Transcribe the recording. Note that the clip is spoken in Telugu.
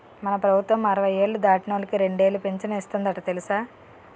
మన ప్రభుత్వం అరవై ఏళ్ళు దాటినోళ్ళకి రెండేలు పింఛను ఇస్తందట తెలుసా